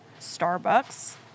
Starbucks